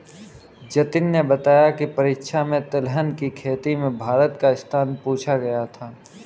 जतिन ने बताया की परीक्षा में तिलहन की खेती में भारत का स्थान पूछा गया था